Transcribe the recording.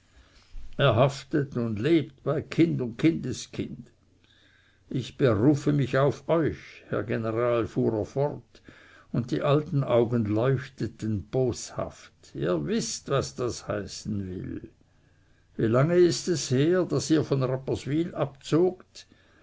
er haftet und lebt bei kind und kindeskind ich berufe mich auf euch herr general fuhr er fort und die alten augen leuchteten boshaft ihr wißt was das heißen will wie lange ist es her daß ihr von rapperswyl abzogt